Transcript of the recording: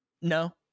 No